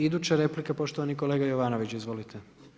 Iduća replika poštovani kolega Jovanović, izvolite.